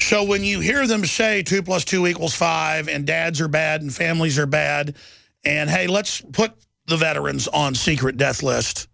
so when you hear them say two plus two equals five and dads are bad and families are bad and hey let's put the veterans on secret death list